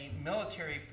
military